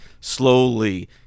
slowly